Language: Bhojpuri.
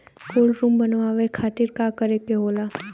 कोल्ड रुम बनावे खातिर का करे के होला?